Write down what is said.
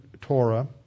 Torah